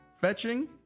fetching